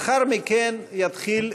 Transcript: לאחר מכן יתחיל דיון.